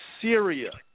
syria